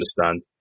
understand